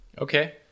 Okay